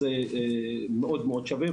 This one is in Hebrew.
אז זה מאוד מאוד שווה.